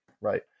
right